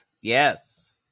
Yes